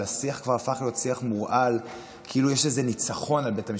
אבל השיח כבר הפך להיות שיח מורעל כאילו יש ניצחון על בית המשפט.